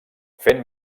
fent